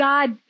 God